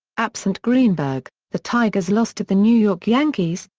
absent greenberg, the tigers lost to the new york yankees,